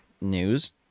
news